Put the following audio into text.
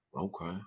Okay